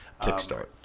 kickstart